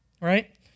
right